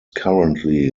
currently